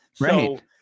Right